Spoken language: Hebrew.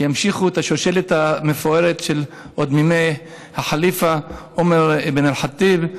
שימשיכו את השושלת המפוארת עוד מימי הח'ליף עומר בן אל-ח'טיב.